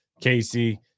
Casey